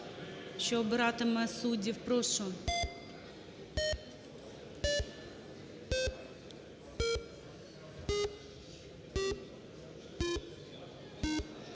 що обиратиме суддів. Прошу.